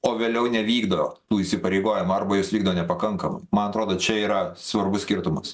o vėliau nevykdo tų įsipareigojimų arba juos vykdo nepakankamai man atrodo čia yra svarbus skirtumas